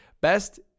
best